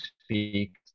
speak